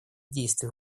действий